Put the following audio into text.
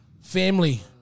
Family